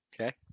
Okay